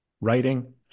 writing